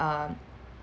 err